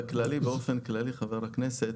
חבר הכנסת,